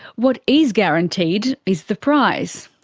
what is guaranteed is the price.